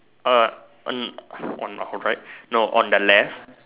uh on the her right no on the left